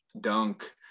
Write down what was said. dunk